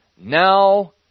Now